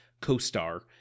co-star